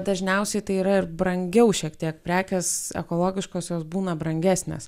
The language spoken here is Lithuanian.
dažniausiai tai yra ir brangiau šiek tiek prekės ekologiškos jos būna brangesnės